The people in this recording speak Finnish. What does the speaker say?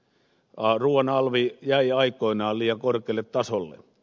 ruuan alvi jäi aikoinaan liian korkealle tasolle